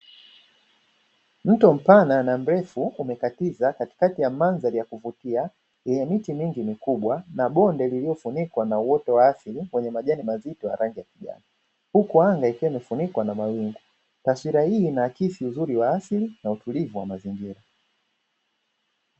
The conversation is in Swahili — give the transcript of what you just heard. Mto mpana na mrefu unapita katikati mandhari ya kuvutia yenye miti mingi mikubwa na bonde lililofunikwa na uoto wa asili wenye majani mazito ya rangi ya kijani, huku anga ikiwa imefunikwa kwa mawingu. Taswira hii inaakisi uzuri wa asili na utulivu wa mazingira.